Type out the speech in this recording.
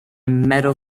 metal